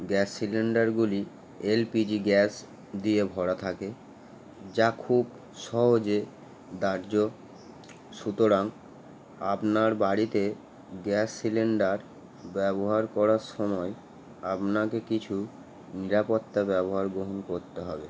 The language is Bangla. গ্যাস সিলিন্ডারগুলি এলপিজি গ্যাস দিয়ে ভরা থাকে যা খুব সহজে দাহ্য সুতরাং আপনার বাড়িতে গ্যাস সিলিন্ডার ব্যবহার করার সময় আপনাকে কিছু নিরাপত্তা ব্যবস্থা গ্রহণ করতে হবে